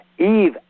Eve